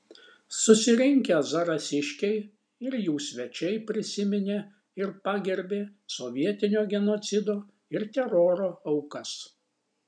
susirinkę zarasiškiai ir jų svečiai prisiminė ir pagerbė sovietinio genocido ir teroro aukas